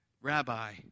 rabbi